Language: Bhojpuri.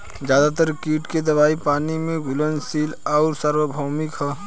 ज्यादातर कीट के दवाई पानी में घुलनशील आउर सार्वभौमिक ह?